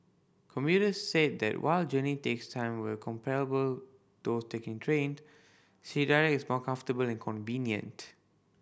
commuters said that while journey takes time were comparable those taking trained C Direct is more comfortable and convenient